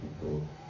people